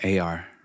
AR